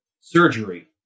surgery